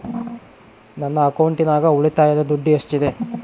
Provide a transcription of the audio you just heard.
ನನ್ನ ಅಕೌಂಟಿನಾಗ ಉಳಿತಾಯದ ದುಡ್ಡು ಎಷ್ಟಿದೆ?